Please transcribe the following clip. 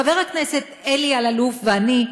חבר הכנסת אלי אלאלוף ואני,